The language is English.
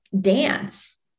dance